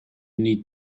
need